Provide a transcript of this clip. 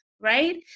right